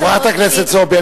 חברת הכנסת זועבי,